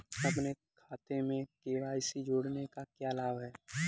अपने खाते में के.वाई.सी जोड़ने का क्या लाभ है?